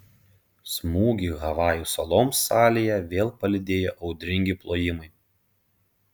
smūgį havajų saloms salėje vėl palydėjo audringi plojimai